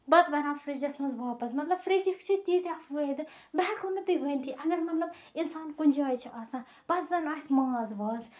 پَتہٕ بران فرجَس منٛز واپَس مطلب فرجِکۍ چھِ تِیٖتیہ فٲیدٕ بہٕ ہیٚکہٕ نہٕ تۄہہِ ؤنتھٕے اَگر مطلب اِنسان کُنہِ جایہِ چھُ آسان پَتہٕ زَن آسہِ ماز واز